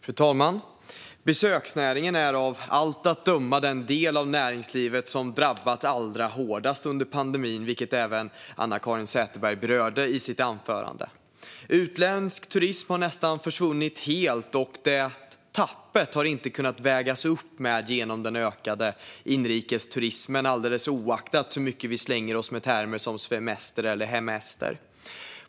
Fru talman! Besöksnäringen är av allt att döma den del av näringslivet som drabbats allra hårdast under pandemin, vilket även Anna-Caren Sätherberg berörde i sitt anförande. Utländsk turism har nästan helt försvunnit, och det tappet har inte kunnat vägas upp av den ökade inrikesturismen, oavsett hur mycket vi slänger oss med termer som svemester eller hemester.